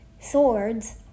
swords